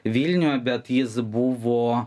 vilniuje bet jis buvo